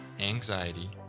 anxiety